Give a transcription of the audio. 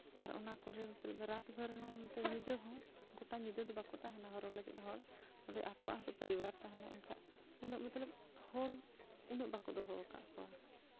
ᱟᱨ ᱚᱱᱟ ᱠᱚᱨᱮ ᱱᱮᱛᱟᱨ ᱫᱚ ᱨᱟᱛ ᱵᱷᱚᱨ ᱦᱚᱸ ᱧᱤᱫᱟᱹ ᱦᱚᱸ ᱜᱚᱴᱟ ᱧᱤᱫᱟᱹ ᱫᱚ ᱵᱟᱠᱚ ᱛᱟᱦᱮᱱᱟ ᱦᱚᱨᱦᱚᱸ ᱞᱟᱹᱜᱤᱫ ᱦᱚᱲ ᱚᱸᱰᱮ ᱟᱠᱚᱣᱟᱜ ᱦᱚᱸᱛᱚ ᱯᱚᱨᱤᱵᱟᱨ ᱛᱟᱦᱮᱱᱟ ᱮᱱᱠᱷᱟᱱ ᱩᱱᱟᱹᱜ ᱢᱚᱛᱞᱚᱵᱽ ᱦᱚᱲ ᱵᱟᱠᱚ ᱫᱚᱦᱚᱣᱟᱠᱟᱫ ᱠᱚᱣᱟ